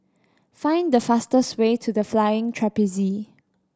find the fastest way to The Flying Trapeze